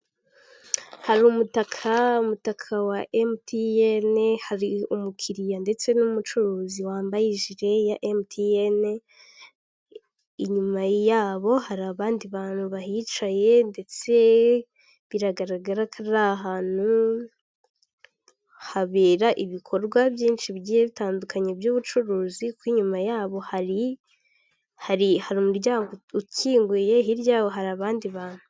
Hari umutaka, umutaka wa emutiyene hari umukiriya ndetse n'umucuruzi wambaye ijire ya emutiyeni, inyuma yabo hari abandi bantu bahicaye ndetse biragaragara ahantu habera ibikorwa byinshi bitandukanye by'ubucuruzi, inyuma yabo hari, hari hari umuryango ukinguye hirya yabo hari abandi bantu.